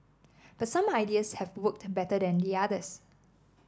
but some ideas have worked better than the others